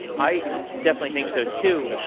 i definitely think so too.